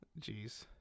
Jeez